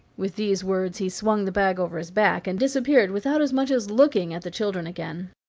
with these words he swung the bag over his back, and disappeared without as much as looking at the children again.